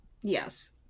Yes